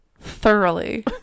thoroughly